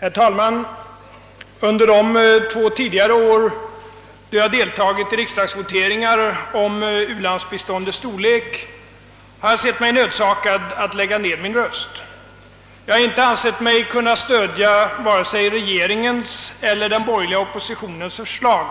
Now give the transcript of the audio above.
Herr talman! Under de två tidigare år då jag deltagit i riksdagsvoteringar om u-landsbiståndets storlek har jag sett mig nödsakad att lägga ned min röst. Jag har inte ansett mig kunna stödja vare sig regeringens eller den borgerliga oppositionens förslag,